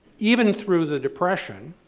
even through the depression,